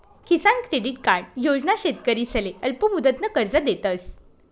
किसान credit card योजना शेतकरीसले अल्पमुदतनं कर्ज देतस